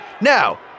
Now